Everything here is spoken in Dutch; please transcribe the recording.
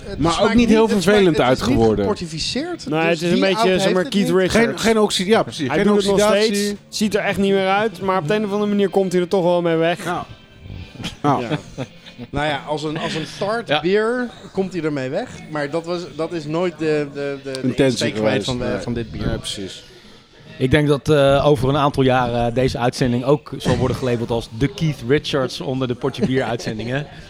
Het Maar ook smaakt niet niet- heel het smaakt- vervelend het is niet uitgeworden. geportificeerd, Nee, dus het is een die beetje, oud zeg heeft maar, het Keith niet. Richards. Geen- geen oxi- ja, precies. Hij Geen doet het nog oxidatie. steeds, ziet er echt niet meer uit, maar op de Ja. een of andere manier komt hij er toch wel mee weg. Nou. Nou. Ja. Nou ja, als een- als een tart Ja. bier komt hij ermee weg, maar dat was- dat is nooit de- de- de- de- Intentie de insteek geweest geweest. van de- Nee. van dit bier. Ja, precies. Ik denk dat, eh, over een aantal jaren deze uitzending ook zal worden gelabeld als de Keith Richards onder de potje bieruitzendingen.